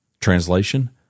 Translation